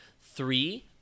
Three